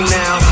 now